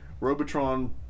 Robotron